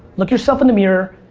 look yourself in the mirror,